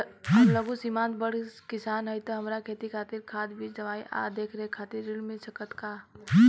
हम लघु सिमांत बड़ किसान हईं त हमरा खेती खातिर खाद बीज दवाई आ देखरेख खातिर ऋण मिल सकेला का?